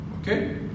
Okay